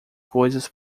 coisas